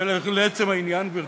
ולעצם העניין, גברתי.